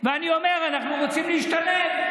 ואני אומר: אנחנו רוצים להשתלב.